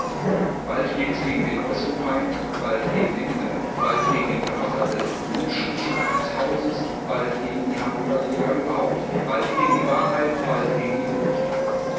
bald geht es gegen den äußeren feind bald gegen den inneren bald gegen den verfasser des menschenschlachthauses bald gegen die hamburger lehrer überhaupt bald gegen die wahrheit bald gegen die logik